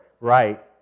right